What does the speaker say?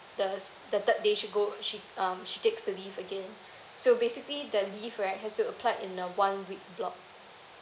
the the third day she go she um she takes the leave again so basically the leave right has to apply in a one week block